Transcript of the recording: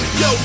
yo